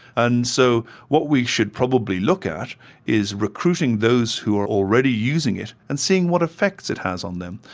and so what we should probably look at is recruiting those who are already using it and seeing what effects it has on them.